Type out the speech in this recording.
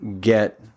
get